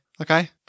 Okay